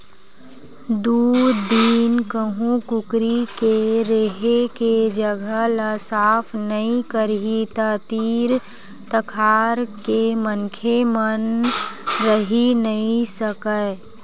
दू दिन कहूँ कुकरी के रेहे के जघा ल साफ नइ करही त तीर तखार के मनखे मन रहि नइ सकय